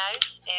guys